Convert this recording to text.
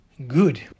good